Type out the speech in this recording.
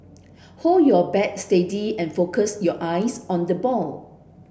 hold your bat steady and focus your eyes on the ball